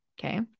okay